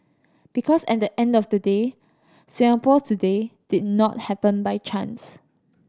because at the end of the day Singapore today did not happen by chance